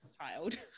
child